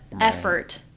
effort